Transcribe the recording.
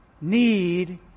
need